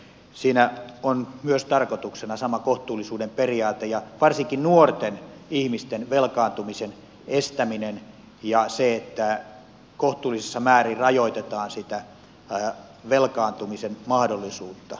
siinä on myös tarkoituksena sama kohtuullisuuden periaate ja varsinkin nuorten ihmisten velkaantumisen estäminen ja se että kohtuullisessa määrin rajoitetaan sitä velkaantumisen mahdollisuutta